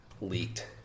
leaked